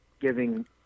giving